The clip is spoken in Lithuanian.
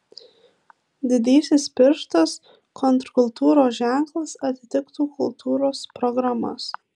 didysis pirštas kontrkultūros ženklas atitiktų kultūros programas